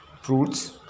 fruits